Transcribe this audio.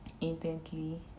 intently